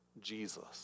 Jesus